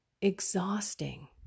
exhausting